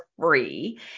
free